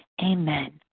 Amen